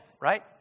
right